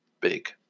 big